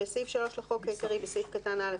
בסעיף 3 לחוק העיקרי - (1)בסעיף קטן (א),